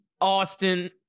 Austin